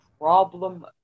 problem